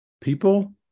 people